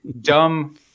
dumb